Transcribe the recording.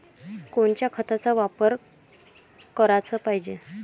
कोनच्या खताचा वापर कराच पायजे?